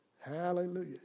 Hallelujah